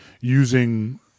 using